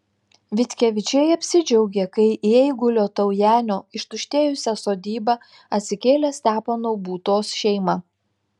vitkevičiai apsidžiaugė kai į eigulio taujenio ištuštėjusią sodybą atsikėlė stepono būtos šeima